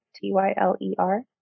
T-Y-L-E-R